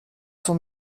son